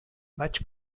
vaig